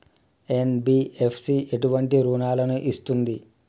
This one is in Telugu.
ఎన్.బి.ఎఫ్.సి ఎటువంటి రుణాలను ఇస్తుంది?